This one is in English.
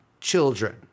children